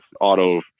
auto